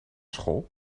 school